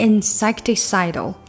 Insecticidal